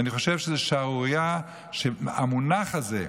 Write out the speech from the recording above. ואני חושב שזו שערורייה שהמונח הזה,